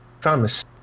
promise